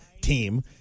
team